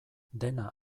dena